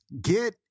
get